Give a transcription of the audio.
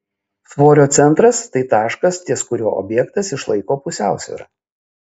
svorio centras tai taškas ties kuriuo objektas išlaiko pusiausvyrą